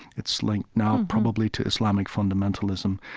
it's linked now probably to islamic fundamentalism,